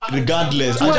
Regardless